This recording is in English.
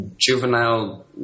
juvenile